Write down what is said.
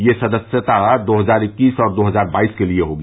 यह सदस्यता दो हजार इक्कीस और दो हजार बाईस के लिए होगी